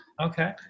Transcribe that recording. Okay